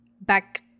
back